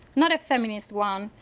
not a feminist one.